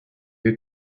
who